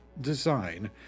Design